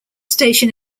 station